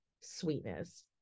sweetness